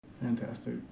Fantastic